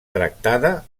tractada